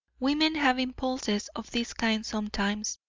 women have impulses of this kind sometimes,